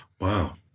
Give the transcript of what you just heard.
Wow